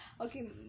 Okay